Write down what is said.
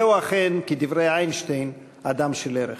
זהו אכן, כדברי איינשטיין, אדם של ערך.